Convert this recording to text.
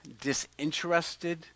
disinterested